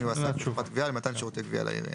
יועסק בחברת גבייה במתן שירותי גבייה לעירייה,